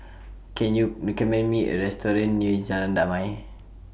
Can YOU recommend Me A Restaurant near Jalan Damai